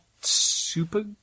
super